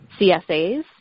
CSAs